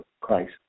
Christ